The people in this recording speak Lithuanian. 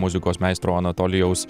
muzikos meistro anatolijaus